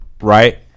right